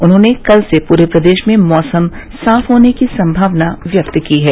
उन्होंने कल से पूरे प्रदेश में मौसम साफ होने की संभावना व्यक्त की है